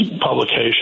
publication